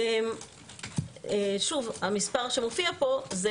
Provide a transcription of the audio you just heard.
המספר שמופיע פה זה